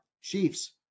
Chiefs